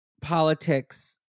politics